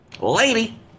lady